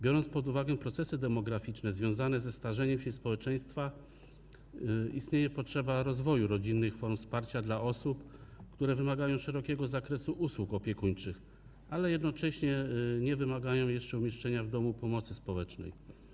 Biorąc pod uwagę procesy demograficzne związane ze starzeniem się społeczeństwa, należy zauważyć, iż istnieje potrzeba rozwoju rodzinnych form wsparcia dla osób, które wymagają szerokiego zakresu usług opiekuńczych, ale jednocześnie nie wymagają jeszcze umieszczenia w domu pomocy społecznej.